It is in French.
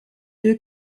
deux